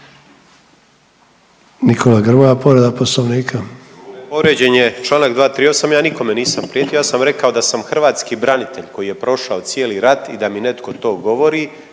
bila ovaj povreda Poslovnika,